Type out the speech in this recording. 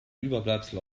überbleibsel